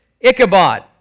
Ichabod